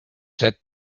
that